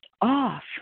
off